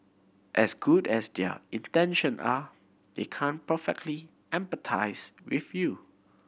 as good as their intention are they can't perfectly empathise with you